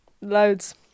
loads